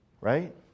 Right